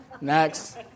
Next